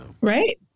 Right